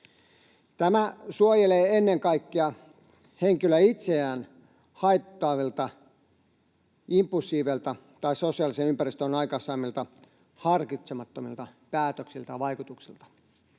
Tämä suojelee ennen kaikkea henkilöä itseään haittaavilta impulsseilta tai sosiaalisen ympäristön aikaansaamilta harkitsemattomilta päätöksiltä ja vaikutuksilta.